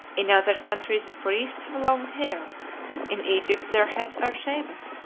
in other countries the priests have long hair in egypt their heads are shaven.